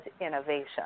innovation